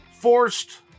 forced